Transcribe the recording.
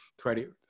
credit